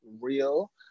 real